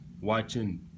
watching